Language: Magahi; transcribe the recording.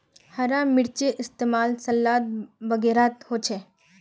हरा मिर्चै इस्तेमाल सलाद वगैरहत होचे